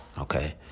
Okay